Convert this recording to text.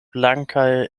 blankaj